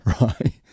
right